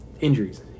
injuries